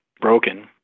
broken